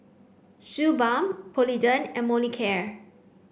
Suu Balm Polident and Molicare